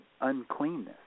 uncleanness